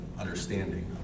understanding